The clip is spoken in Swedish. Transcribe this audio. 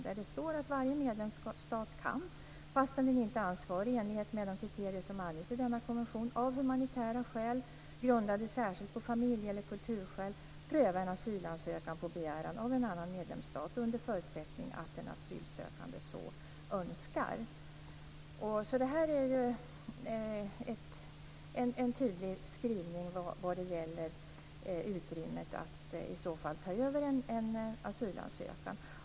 Där står det att varje medlemsstat kan, fast den inte är ansvarig enligt kriterier som anges i denna konvention, av humanitära skäl grundade särskilt på familje eller kulturskäl pröva en asylansökan på begäran av en annan medlemsstat under förutsättning att den asylsökande så önskar. Detta är en tydlig skrivning om möjligheten att ta över en asylansökan.